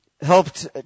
helped